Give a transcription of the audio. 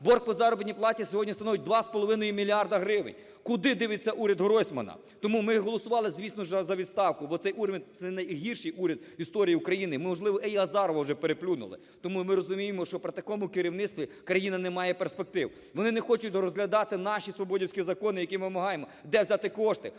Борг по заробітній платі сьогодні становить 2,5 мільярда гривень. Куди дивиться уряд Гройсмана? Тому ми голосували, звісно ж, за відставку, бо цей уряд – це найгірший уряд в історії України, можливо, і Азарова вже переплюнули. Тому ми розуміємо, що при такому керівництві країна не має перспектив. Вони не хочуть розглядати наші свободівські закони, які ми вимагаємо. Де взяти кошти?